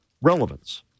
relevance